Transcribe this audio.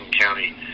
County